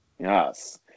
Yes